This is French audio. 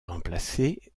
remplacé